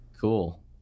cool